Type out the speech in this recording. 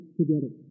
together